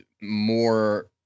more